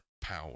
power